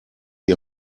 die